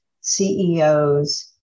CEOs